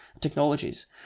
technologies